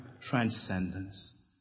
transcendence